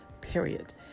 Period